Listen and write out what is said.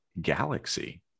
galaxy